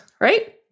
Right